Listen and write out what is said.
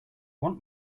want